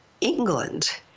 England